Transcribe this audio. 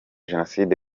genocide